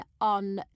on